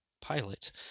pilot